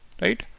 right